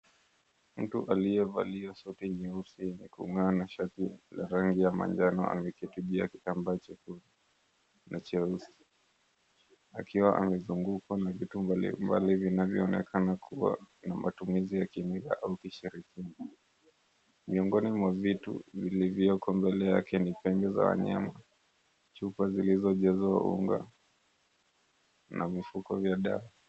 Mtu aliyevalia suti nyeusi iliyoungana shati la rangi ya manjano ameketi juu ya kikamba chekundu na cheusi akiwa amezungukwa na vitu mbali mbali vinavyoonekana kuwa na matumizi ya kimbingwa au kishirikina. Miongoni mwa vitu vilivyoko mbele yake ni pembe za wanyama, chupa zilizojazwa unga na mifuko vya dawa.